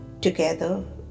together